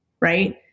right